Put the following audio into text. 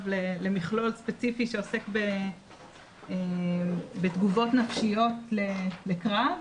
למכלול ספציפי שעוסק בתגובות נפשיות לקרב,